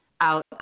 out